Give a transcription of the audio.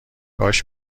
کاش